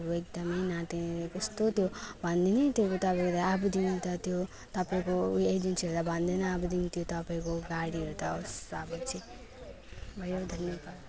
बातहरू एकदम न टेर्ने कस्तो त्यो भनिदिनु है त्यो ड्राइभरलाई अबदेखि त त्यो तपाईँको एजेन्सीहरूलाई भन्दैन अबदेखि त्यो तपाईँको गाडीहरू त होस् अब चाहिँ भयो धन्यवाद